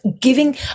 giving